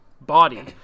body